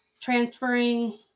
transferring